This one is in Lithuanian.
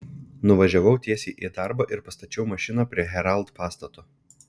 nuvažiavau tiesiai į darbą ir pastačiau mašiną prie herald pastato